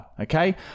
okay